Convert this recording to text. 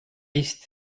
least